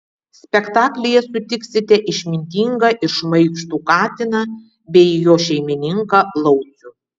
spektaklyje sutiksite išmintingą ir šmaikštų katiną bei jo šeimininką laucių